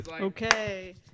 Okay